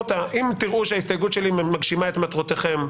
אם תראו שההסתייגות שלי מגשימה את מטרותיכם,